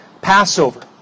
Passover